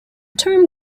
term